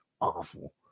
awful